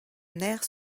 nerfs